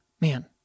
Man